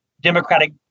Democratic